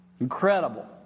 Incredible